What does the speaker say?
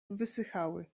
wysychały